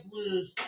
lose